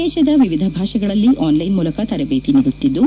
ದೇಶದ ಎಎಧ ಭಾಷೆಗಳಲ್ಲಿ ಆನ್ಲೈನ್ ಮೂಲಕ ತರಬೇತಿ ನೀಡುತ್ತಿದ್ದು